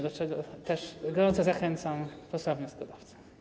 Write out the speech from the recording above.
Do tego też gorąco zachęcam posła wnioskodawcę.